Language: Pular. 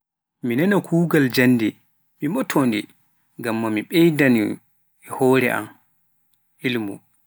Minana belɗum jannde ngam mi ɓeydano hore am ilmu.